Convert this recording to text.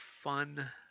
fun